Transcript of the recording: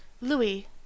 Louis